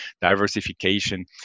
diversification